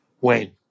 Wayne